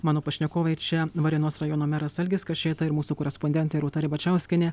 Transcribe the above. mano pašnekovai čia varėnos rajono meras algis kašėta ir mūsų korespondentė rūta ribačiauskienė